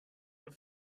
but